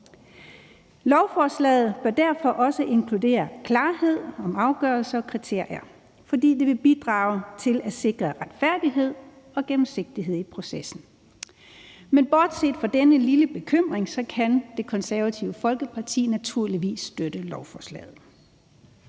Lovforslaget bør derfor også inkludere klarhed om afgørelser og kriterier, for det vil bidrage til at sikre retfærdighed og gennemsigtighed i processen. Men bortset fra denne lille bekymring kan Det Konservative Folkeparti naturligvis støtte lovforslaget.